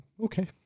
okay